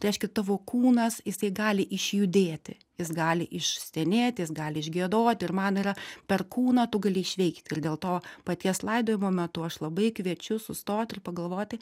tai reiškia tavo kūnas jisai gali išjudėti jis gali išstenėti jis gali išgiedoti ir man yra per kūną tu gali išveikt ir dėl to paties laidojimo metu aš labai kviečiu sustot ir pagalvoti